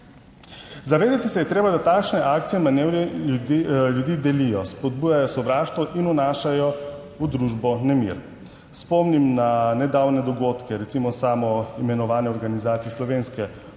Zavedati se je treba, da takšne akcije in manevri ljudi delijo, spodbujajo sovraštvo in vnašajo v družbo nemir. Spomnim na nedavne dogodke, recimo samo imenovanje organizacije Slovenske obrambne